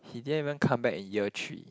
he didn't even come back in year three